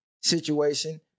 situation